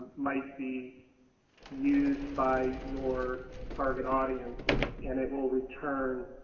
might be used by your target audience and it will return